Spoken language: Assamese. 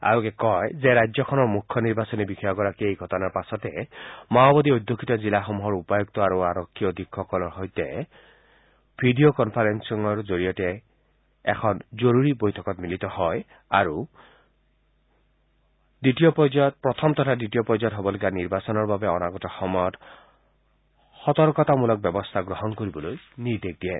আয়োগে কয় যে ৰাজ্যখনৰ মুখ্য নিৰ্বাচনী বিষয়া গৰাকীয়ে এই ঘটনাৰ পাছতে মাওবাদী অধ্যষিত জিলাসমূহৰ উপায়ক্ত আৰু আৰক্ষী অধীক্ষকসকলৰ সৈতে ভিডিঅ' কনফাৰেঞ্চিঙৰ জৰিয়তে এখন জৰুৰী বৈঠকত মিলিত হয় আৰু প্ৰথম তথা দ্বিতীয় পৰ্যায়ত হব লগা নিৰ্বাচনৰ বাবে অনাগত সময়ত সকলোধৰণৰ সতৰ্কতা ব্যৱস্থা গ্ৰহণ কৰিবলৈ নিৰ্দেশ দিয়ে